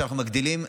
שאנחנו מגדילים,